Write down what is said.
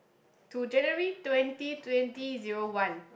to January twenty twenty zero one